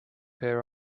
her